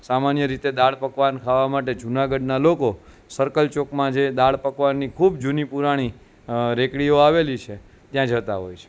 સામાન્ય રીતે દાળ પકવાન ખાવા માટે જુનાગઢના લોકો સર્કલ ચોકમાં જે દાળ પકવાનની ખૂબ જૂની પુરાણી રેકડીઓ આવેલી છે ત્યાં જતાં હોય છે